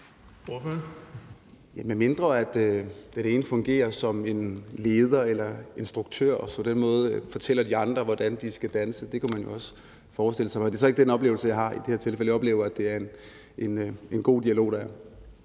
medmindre den ene fungerer som en leder eller instruktør og på den måde fortæller de andre, hvordan de skal danse. Det kunne man jo også forestille sig. Det er så ikke den oplevelse, jeg har i det her tilfælde. Jeg oplever, at det er en god dialog, der er.